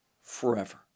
forever